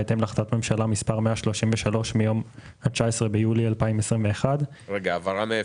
בהתאם להחלטת ממשלה מס' 133 מיום 19 ביולי 2021. מאיפה ההעברה?